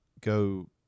go